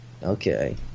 Okay